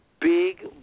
big